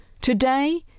Today